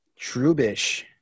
Trubish